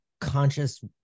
conscious